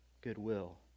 goodwill